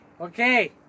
okay